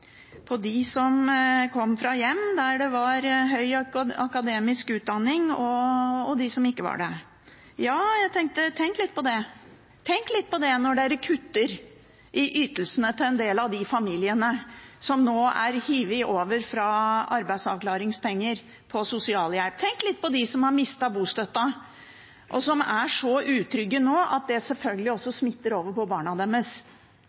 som kom fra hjem der det var høy akademisk utdanning, og dem som ikke gjorde det. Det må man tenke litt på når man kutter i ytelsene til en del av de familiene som nå er hivd fra arbeidsavklaringspenger over på sosialhjelp, og man må tenke på dem som har mistet bostøtten, og som nå er så utrygge at det selvfølgelig smitter over på barna deres